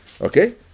okay